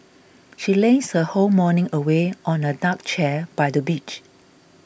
she lazed her whole morning away on a deck chair by the beach